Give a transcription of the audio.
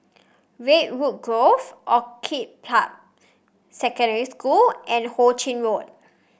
Redwood Grove Orchid Park Secondary School and Ho Ching Road